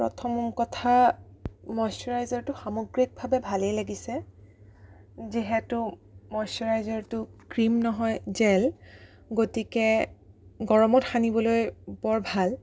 প্ৰথম কথা মইশ্চাৰাইজাৰটো সামগ্ৰীকভাৱে ভালেই লাগিছে যিহেতু মইশ্চাৰাইজাৰটো ক্ৰীম নহয় জেল গতিকে গৰমত সানিবলৈ বৰ ভাল